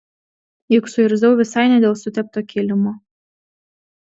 juk suirzau visai ne dėl sutepto kilimo